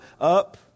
up